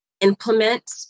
implement